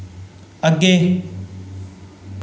अग्गे